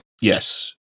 Yes